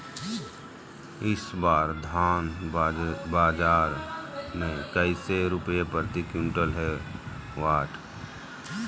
इस बार धान बाजार मे कैसे रुपए प्रति क्विंटल है?